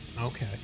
Okay